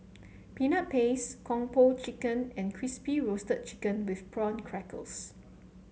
Peanut Paste Kung Po Chicken and Crispy Roasted Chicken with Prawn Crackers